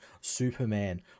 superman